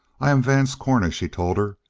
i am vance cornish, he told her.